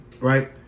Right